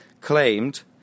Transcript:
claimed